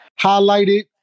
Highlighted